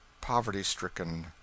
poverty-stricken